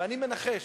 ואני מנחש,